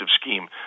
scheme